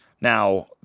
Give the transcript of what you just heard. Now